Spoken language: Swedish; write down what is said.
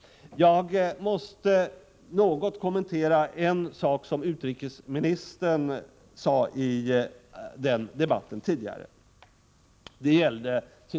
Jag måste något kommentera en sak som utrikesministern sade om situationen i Vietnam.